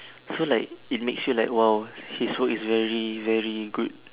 so like it makes you like !wow! his work is very very good